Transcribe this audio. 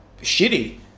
Shitty